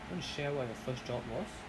you share what your first job was